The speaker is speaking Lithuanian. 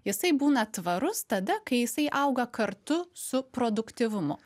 jisai būna tvarus tada kai jisai auga kartu su produktyvumu